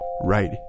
right